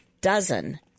dozen